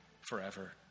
forever